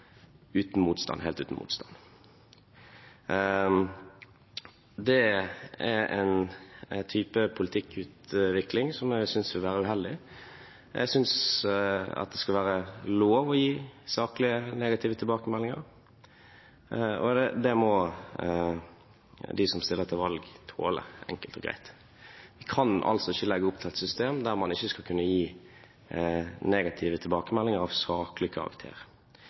helt uten motstand. Det er en type politikkutvikling jeg synes vil være uheldig. Jeg synes det skal være lov å gi saklige, negative tilbakemeldinger, og det må de som stiller til valg, tåle – enkelt og greit. Vi kan altså ikke legge opp til et system der man ikke skal kunne gi negative tilbakemeldinger av saklig karakter.